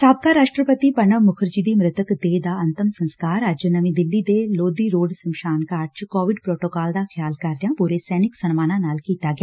ਸਾਬਕਾ ਰਾਸ਼ਟਰਪਤੀ ਪੁਣਬ ਮੁਖਰਜੀ ਦੀ ਮਿਤਕ ਦੇਹ ਦਾ ਅੰਤਮ ਸਸਕਾਰ ਅੱਜ ਨਵੀਂ ਦਿੱਲੀ ਦੇ ਲੋਧੀ ਰੋਡ ਸ਼ਮਸ਼ਾਨ ਘਾਟ ਚ ਕੋਵਿਡ ਪੋਟੋਕਾਲ ਦਾ ਖਿਆਲ ਕਰਦਿਆਂ ਪੁਰੇ ਸੈਨਿਕ ਸਨਮਾਨਾਂ ਨਾਲ ਕੀਤਾ ਗਿਆ